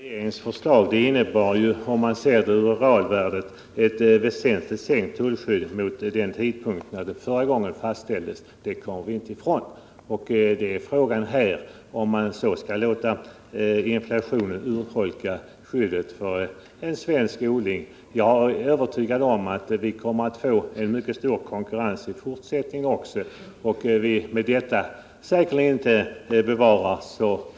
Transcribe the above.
Herr talman! Regeringens förslag innebar, om man ser till realvärdet, ett väsentligt sänkt tullskydd jämfört med vad det var vid den tidpunkt då det senast fastställdes, det kommer vi inte ifrån. Frågan är om man skall låta inflationen urholka skyddet för en svensk odling. Jag är övertygad om att snittblomsodlingen kommer att få mycket stor konkurrens utifrån också i fortsättningen.